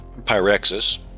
Pyrexis